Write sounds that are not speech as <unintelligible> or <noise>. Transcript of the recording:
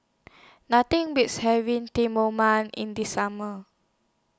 Nothing Beats having <unintelligible> in The Summer